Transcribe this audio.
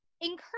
encourage